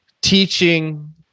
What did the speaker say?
teaching